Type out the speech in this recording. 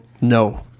no